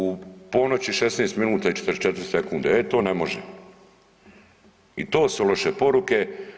U ponoć i 16 minuta i 44 sekunde e to ne može i to su loše poruke.